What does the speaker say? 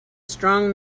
strong